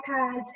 iPads